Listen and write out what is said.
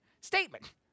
statement